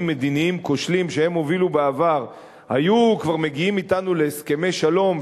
מדיניים כושלים שהם הובילו בעבר היו כבר מגיעים אתנו להסכמי שלום,